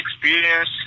experience